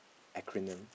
acronym